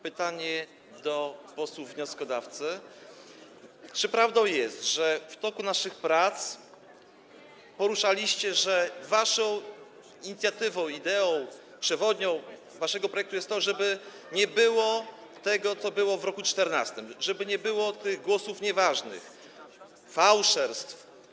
Pytanie do posła wnioskodawcy: Czy prawdą jest, że w toku naszych prac poruszaliście, że waszą inicjatywą, ideą przewodnią waszego projektu jest to, żeby nie było tego, co było w roku 2014, żeby nie było tych głosów nieważnych, fałszerstw?